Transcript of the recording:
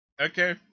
Okay